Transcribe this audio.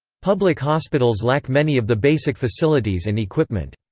public hospitals lack many of the basic facilities and equipment.